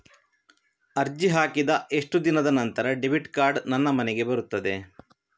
ಅರ್ಜಿ ಹಾಕಿದ ಎಷ್ಟು ದಿನದ ನಂತರ ಡೆಬಿಟ್ ಕಾರ್ಡ್ ನನ್ನ ಮನೆಗೆ ಬರುತ್ತದೆ?